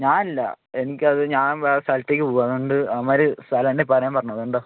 ഞാനില്ല എനിക്കത് ഞാൻ വേറെ സ്ഥലത്തേക്ക് പോകുകയാണ് അതുകൊണ്ട് അവന്മാർ സ്ഥലമുണ്ടെങ്ക് പറയാൻ പറഞ്ഞു അതുകൊണ്ടാണ്